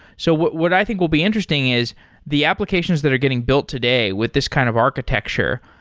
so what what i think will be interesting is the applications that are getting built today with this kind of architecture,